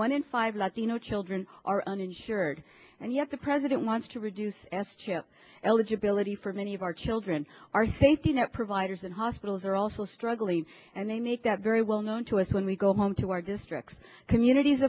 one in five latino children are uninsured and yet the president wants to reduce s chip eligibility for many of our children our safety net providers and hospitals are also struggling and they make that very well known to us when we go home to our districts communities